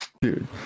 dude